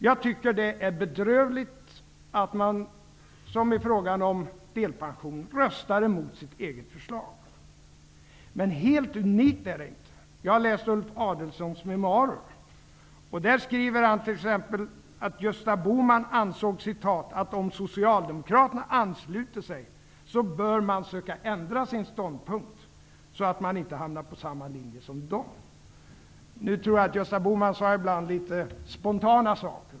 Jag tycker att det är bedrövligt att man, som i frågan om delpensionen, röstar mot eget förslag. Men helt unikt är det inte. Jag har läst Ulf Adelsohns memoarer. Där skriver han t.ex. att Gösta Bohman ansåg ''om socialdemokraterna ansluter sig bör man söka ändra sin ståndpunkt så att man inte hamnar på samma linje som de''. Nu tror jag att Gösta Bohman ibland sade litet spontana saker.